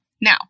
Now